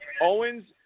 Owens